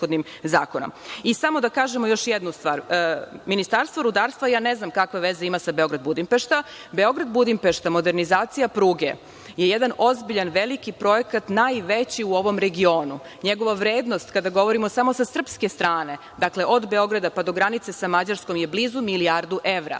da kažem još jednu stvar, Ministarstvo rudarstva ne znam kakve veze ima sa Beograd-Budimpešta. Modernizacija pruge Beograd-Budimpešta je jedan ozbiljan, veliki projekat, najveći u ovom regionu. Njegova vrednost kada govorimo samo sa srpske strane, dakle, od Beograda pa do granice sa Mađarskom je blizu milijardu evra.